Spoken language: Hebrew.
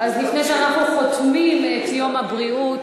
אז לפני שאנחנו חותמים את יום הבריאות,